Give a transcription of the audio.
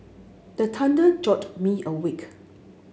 the thunder jolt me awake